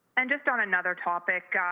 and just on another topic. ah